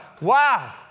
Wow